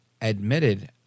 admitted